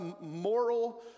moral